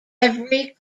every